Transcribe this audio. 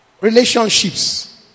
relationships